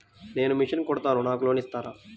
నేను మిషన్ కుడతాను నాకు లోన్ ఇస్తారా?